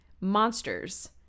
Monsters